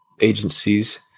agencies